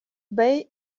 bay